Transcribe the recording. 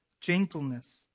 gentleness